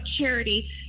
charity